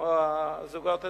כמו הזוגות הצעירים.